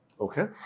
Okay